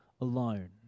alone